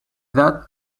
edad